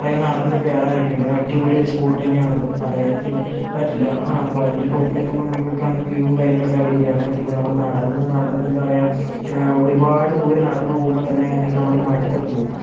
കുറേ നടന്ന് കയറാനൊക്കെയുണ്ട് അടിപൊളിയൊരു സ്പോട്ട് തന്നെയാണത് പറയാതിരിക്കാൻ പറ്റ് പറ്റില്ല ആ അപ്പോൾ അതിൻ്റെ ടോപ്പിലെത്തുമ്പം നമുക്ക് കാണുന്ന വ്യൂവും കാര്യങ്ങളൊക്കെ അടിപൊളിയാണ് പിന്നെ നമ്മൾ നടന്ന് നടന്ന് എന്താ പറയുക ഒരു പാട് ദൂരം നടന്ന് പോകുമ്പോൾ തന്നെ നമ്മൾ മടുത്തൊക്കെ പോകും